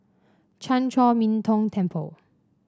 Chan Chor Min Tong Temple